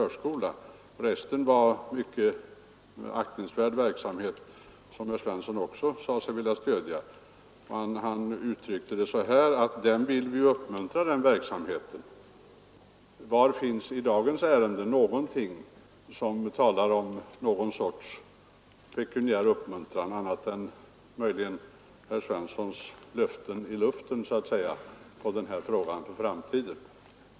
Resten av barnverksamheten var av mycket aktningsvärd storlek, och herr Svensson sade sig också vilja stödja denna. ”Vi vill uppmuntra den verksamheten”, sade han. Var finns i dagens ärende — i propositionen eller betänkandet någonting som talar om någon sorts pekuniär uppmuntran annat än möjligen herr Svenssons löften så att säga i luften för framtiden?